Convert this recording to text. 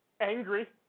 Angry